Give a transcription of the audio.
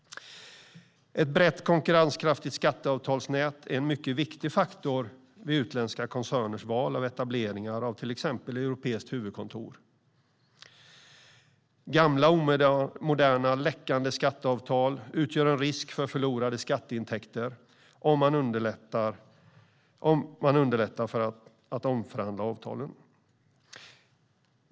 Ett brett konkurrenskraftigt skatteavtalsnät är en mycket viktig faktor vid utländska koncerners val av etablering av till exempel europeiskt huvudkontor. Gamla, omoderna, läckande skatteavtal utgör risk för förlorade skatteintäkter, och man underlättar för att omförhandla avtalen.